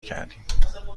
کردیم